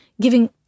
giving